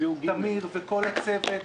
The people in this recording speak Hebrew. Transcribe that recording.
טמיר וכל הצוות,